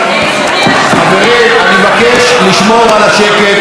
חברים, אני מבקש לשמור על השקט.